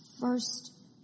First